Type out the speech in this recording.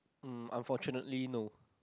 um unfortunately no